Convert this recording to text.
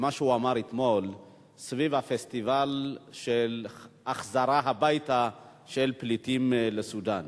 במה שהוא אמר אתמול סביב הפסטיבל של החזרה הביתה של פליטים לסודן.